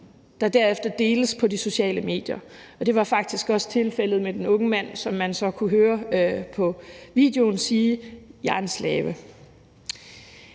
som derefter deles på de sociale medier, og det var faktisk også tilfældet med den unge mand, som man så på videoen kunne høre sige: Jeg er en slave.